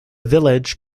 village